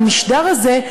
במשדר הזה,